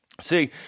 See